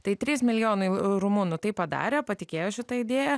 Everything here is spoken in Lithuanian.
tai trys milijonai rumunų tai padarė patikėjo šita idėja